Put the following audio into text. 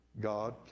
god